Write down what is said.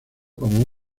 como